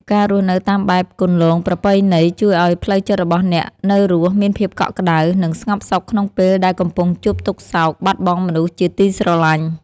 ការរស់នៅតាមបែបគន្លងប្រពៃណីជួយឱ្យផ្លូវចិត្តរបស់អ្នកនៅរស់មានភាពកក់ក្តៅ និងស្ងប់សុខក្នុងពេលដែលកំពុងជួបទុក្ខសោកបាត់បង់មនុស្សជាទីស្រឡាញ់។